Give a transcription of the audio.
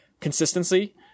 consistency